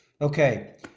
Okay